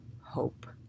hope